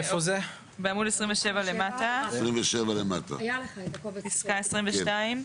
פסקה (22).